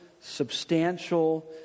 substantial